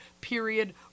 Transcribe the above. period